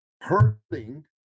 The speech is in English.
hurting